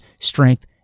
strength